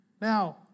Now